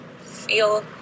feel